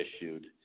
issued